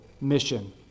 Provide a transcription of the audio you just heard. mission